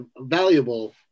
valuable